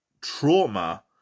Trauma